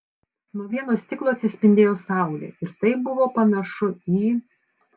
nuo vieno stiklo atsispindėjo saulė ir tai buvo panašu į